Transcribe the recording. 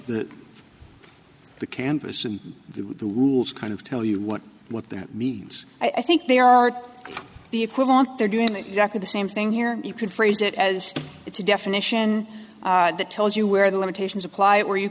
the the campus and the rules kind of tell you what what that means i think they are the equivalent they're doing exactly the same thing here you could phrase it as it's a definition that tells you where the limitations apply where you